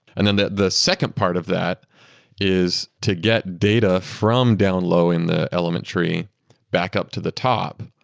and then that the second part of that is to get data from down low in the element tree back up to the top.